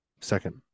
second